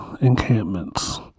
encampments